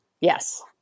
Yes